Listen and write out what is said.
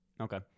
Okay